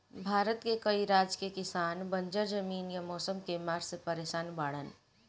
भारत के कई राज के किसान बंजर जमीन या मौसम के मार से परेसान बाड़ेन